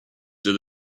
that